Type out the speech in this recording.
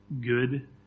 good